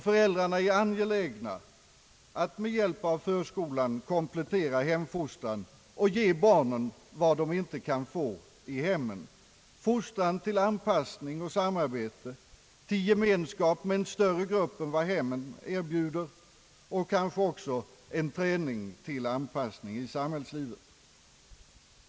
Föräldrarna är angelägna att med hjälp av förskolan komplettera hemfostran och ge barnen vad de inte kan få i hemmen — fostran till anpassning och samarbete, till gemenskap med en större grupp än hemmen erbjuder, och kanske även träning till anpassning i samhällslivet.